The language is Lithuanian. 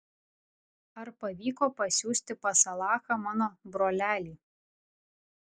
ar pavyko pasiųsti pas alachą mano brolelį